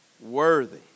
worthy